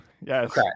Yes